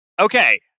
Okay